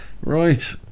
right